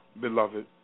beloved